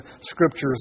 scriptures